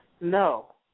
No